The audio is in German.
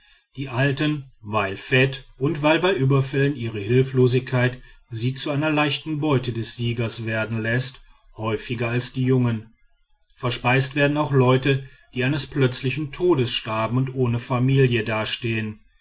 die alten weil fett und weil bei überfällen ihre hilflosigkeit sie zu einer leichten beute des siegers werden läßt häufiger als die jungen verspeist werden auch leute die eines plötzlichen todes starben und ohne familie dastehen